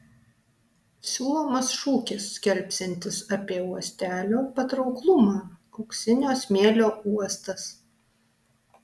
siūlomas šūkis skelbsiantis apie uostelio patrauklumą auksinio smėlio uostas